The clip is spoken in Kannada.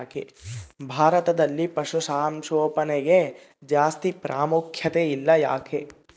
ಭಾರತದಲ್ಲಿ ಪಶುಸಾಂಗೋಪನೆಗೆ ಜಾಸ್ತಿ ಪ್ರಾಮುಖ್ಯತೆ ಇಲ್ಲ ಯಾಕೆ?